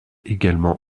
également